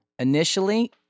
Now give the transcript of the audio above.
Initially